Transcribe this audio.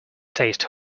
taste